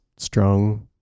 strong